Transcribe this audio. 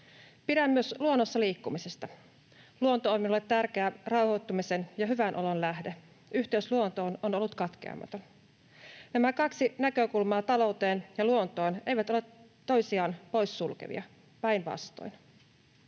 Pidän myös luonnossa liikkumisesta. Luonto on minulle tärkeä rauhoittumisen ja hyvän olon lähde. Yhteys luontoon on ollut katkeamaton. Nämä kaksi näkökulmaa talouteen ja luontoon eivät ole toisiaan poissulkevia, päinvastoin.